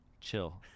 chill